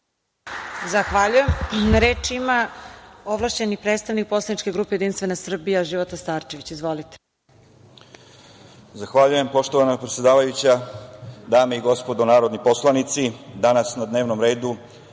Zahvaljujem. Reč ima ovlašćeni predstavnik poslaničke grupe Jedinstvena Srbija Života Starčević. Izvolite. **Života Starčević** Zahvaljujem, poštovana predsedavajuća. Dame i gospodo narodni poslanici, danas na dnevnom redu